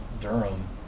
Durham